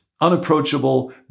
unapproachable